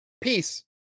Peace